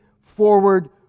forward